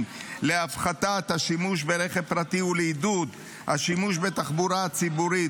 להפחתת השימוש ברכב פרטי ולעידוד השימוש בתחבורה ציבורית,